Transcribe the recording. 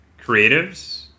creatives